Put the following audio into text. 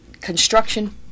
construction